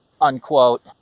unquote